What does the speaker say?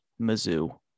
Mizzou